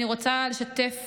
אני רוצה לשתף